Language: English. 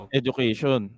education